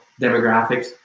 demographics